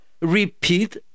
repeat